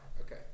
Okay